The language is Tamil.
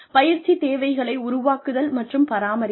பயிற்சி தேவைகளை உருவாக்குதல் மற்றும் பராமரித்தல்